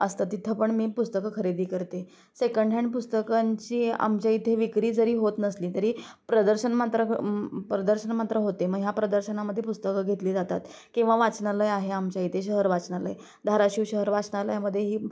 असतं तिथं पण मी पुस्तकं खरेदी करते सेकंडहॅनड पुस्तकांची आमच्या इथे विक्री जरी होत नसली तरी प्रदर्शन मात्र प्रदर्शन मात्र होते म ह्या प्रदर्शनामध्ये पुस्तकं घेतली जातात किंवा वाचनालय आहे आमच्या इथे शहर वाचनालय धाराशिव शहर वाचनालयामध्येही